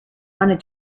wanted